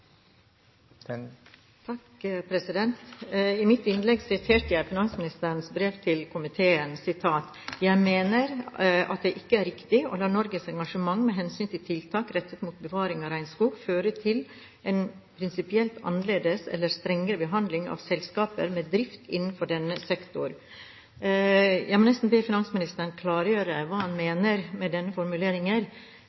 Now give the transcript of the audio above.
I mitt innlegg siterte jeg fra finansministerens brev til komiteen, der han skriver at han mener «det ikke er riktig å la Norges engasjement med hensyn til tiltak rettet mot bevaring av regnskog føre til en prinsipielt annerledes eller strengere behandling av selskaper med drift innenfor denne sektoren». Jeg må nesten be finansministeren klargjøre hva han